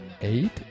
eight